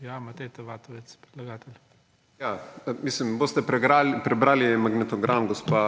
(PS Levica):** Mislim, boste prebrali magnetogram, gospa